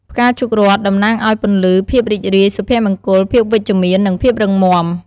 ផ្កាឈូករ័ត្នតំណាងឲ្យ ពន្លឺ ភាពរីករាយ សុភមង្គល ភាពវិជ្ជមាន និង ភាពរឹងមាំ។